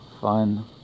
fun